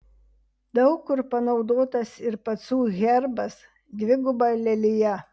daug kur panaudotas ir pacų herbas dviguba lelija